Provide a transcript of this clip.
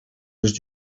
les